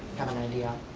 have an idea?